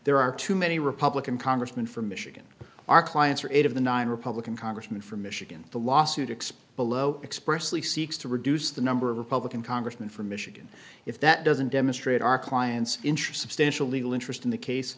there are too many republican congressman from michigan our clients are eight of the nine republican congressman from michigan the lawsuit explo expressly seeks to reduce the number of republican congressman from michigan if that doesn't demonstrate our client's interest substantial legal interest in the case